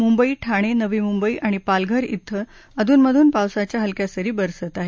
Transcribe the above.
मुंबई ठाणे नवी मुंबई आणि पालघर इथं अधुन मधुन पावसाच्या हलक्या सरी बरसत आहेत